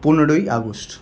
পনেরই August